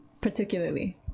particularly